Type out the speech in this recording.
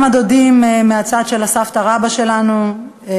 גם הדודים מהצד של סבתא רבתא שלנו,